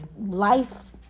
life